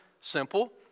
simple